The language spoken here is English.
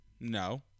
No